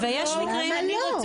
למה לא?